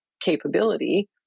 capability